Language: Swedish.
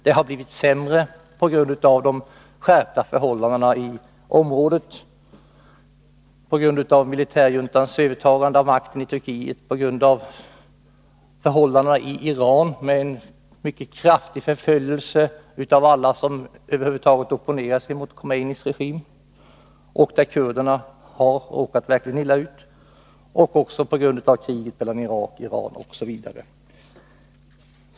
Det har blivit sämre, på grund av de skärpta förhållandena i området, på grund av militärjuntans övertagande av makten i Turkiet, på grund av förhållandena i Iran, med mycket kraftig förföljelse av alla som över huvud taget opponerar sig mot Khomeinis regim och där kurderna har råkat verkligt illa ut, och också på grund av kriget mellan Irak och Iran osv.